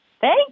Thank